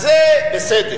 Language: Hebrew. אז זה בסדר.